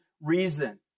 reason